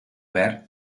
verd